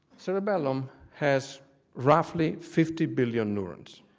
cerebellum has roughly fifty billion neurons.